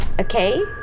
okay